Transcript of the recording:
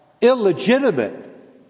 illegitimate